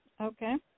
Okay